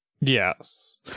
Yes